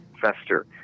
fester